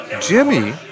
Jimmy